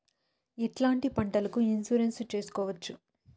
ఎట్లాంటి పంటలకు ఇన్సూరెన్సు చేసుకోవచ్చు?